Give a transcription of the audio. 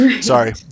Sorry